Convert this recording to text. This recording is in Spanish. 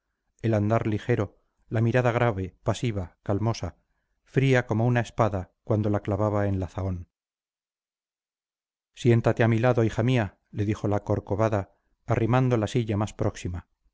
el andar ligero la mirada grave pasiva calmosa fría como una espada cuando la clavaba en la zahón siéntate a mi lado hija mía le dijo la corcovada arrimando la silla más próxima